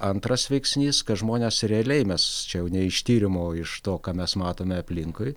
antras veiksnys kad žmonės realiai mes čia ne iš tyrimo o iš to ką mes matome aplinkui